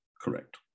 correct